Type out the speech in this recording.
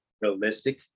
realistic